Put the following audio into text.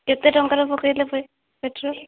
କେତେ ଟଙ୍କାର ପକେଇଲେ ପେଟ୍ରୋଲ୍